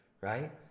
right